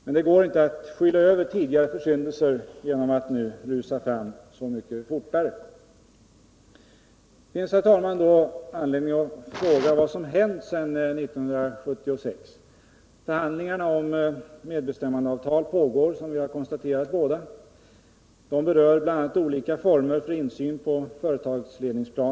Men det går inte att skyla över tidigare försyndelser genom att nu rusa fram så mycket fortare. Det finns, herr talman, anledning att fråga vad som hänt sedan 1976. Förhandlingar om medbestämmandeavtal pågår, som både Lars Ulander och jag har konstaterat. Dessa förhandlingar berör bl.a. olika former för insyn på företagsledningsplanet.